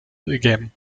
again